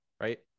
right